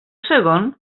segon